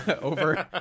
over